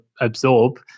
absorb